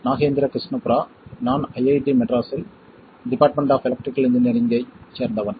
நான் நாகேந்திர கிருஷ்ணபுரா நான் ஐஐடி மெட்ராஸில் டிபார்ட்மென்ட் ஆப் எலக்ட்ரிகல் இன்ஜினியரிங்கைச் சேர்ந்தவன்